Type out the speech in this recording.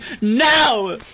Now